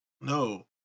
No